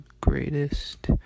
greatest